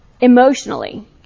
emotionally